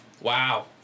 Wow